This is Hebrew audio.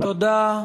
תודה.